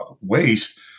waste